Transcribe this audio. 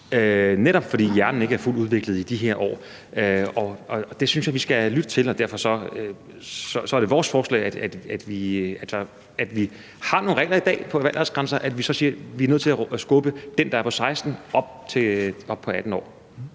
netop fordi hjernen ikke er fuldt udviklet i de her år. Og det synes jeg vi skal lytte til, og derfor er det vores forslag, at vi siger: Vi har nogle regler i dag i forhold til aldersgrænse, og vi er nødt til at skubbe den, der er på 16 år, op på 18 år.